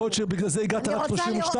יכול להיות שבגלל זה הגעת רק ל-32,